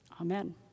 Amen